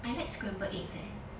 I like scrambled eggs leh